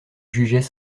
jugeait